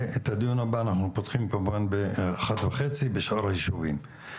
ואת הדיון הבא אנחנו פותחים כמובן ב-13:30 בשאר היישובים.